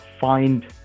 find